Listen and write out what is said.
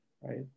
right